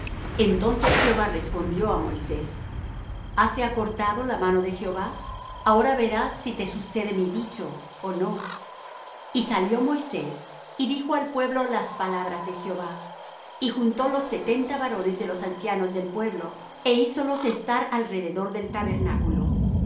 entonces jehová respondió á moisés hase acortado la mano de jehová ahora verás si te sucede mi dicho ó no y salió moisés y dijo al pueblo las palabras de jehová y juntó los setenta varones de los ancianos del pueblo é hízolos estar alrededor del tabernáculo